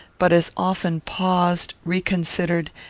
but as often paused, reconsidered,